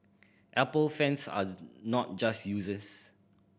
Apple fans are not just users